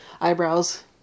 eyebrows